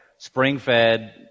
Spring-fed